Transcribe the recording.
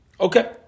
Okay